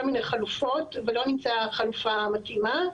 מיני חלופות ולא נמצאה החלופה המתאימה.